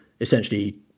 essentially